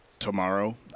tomorrow